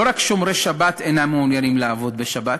לא רק שומרי שבת אינם מעוניינים לעבוד בשבת,